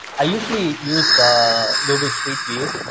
i usually use ah google street view.